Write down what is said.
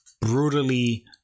brutally